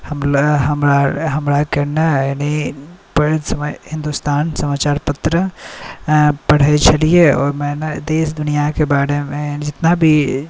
हमरा हमरा हमराके ने यानी हिन्दुस्तान समाचार पत्र पढ़ै छलिए ओहिमे ने देश दुनिआके बारेमे जतना भी